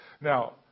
Now